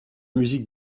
musiques